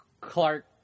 clark